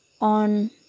on